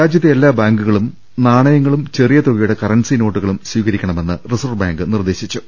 രാജ്യത്തെ എല്ലാ ബാങ്കുകളും നാണയങ്ങളും ചെറിയ തുകയുടെ കറൻസി നോട്ടുകളും സ്വീകരിക്കണമെന്ന് റിസർവ് ബാങ്ക് നിർദ്ദേ ശിച്ചു